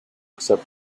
except